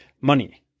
money